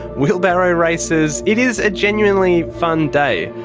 wheelbarrow races. it is a genuinely fun day.